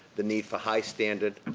the need for high standard,